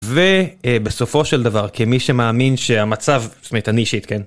ובסופו של דבר, כמי שמאמין שהמצב, זאת אומרת, אני אישית, כן.